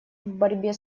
борьбе